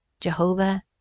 Jehovah